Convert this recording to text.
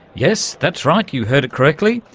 yes, that's right, you heard it correctly,